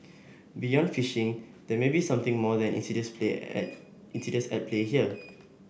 beyond phishing there may be something more than insidious insidious at play here